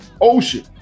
ocean